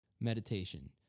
Meditation